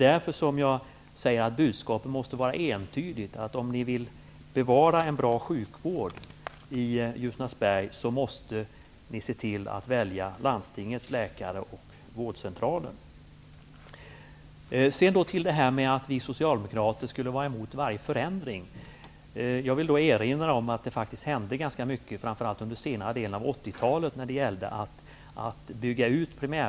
Därför måste budskapet vara entydigt: Om ni vill bevara en bra sjukvård i Ljusnarsberg måste ni se till att välja landstingets läkare och vårdcentralen. Bo Könberg säger att Socialdemokraterna är emot varje förändring. Jag vill erinra om att det faktiskt hände ganska mycket när det gällde utbyggnaden av primärvården, framför allt under den senare delen av 80-talet.